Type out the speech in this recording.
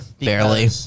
barely